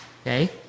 okay